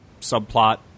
subplot